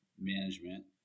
management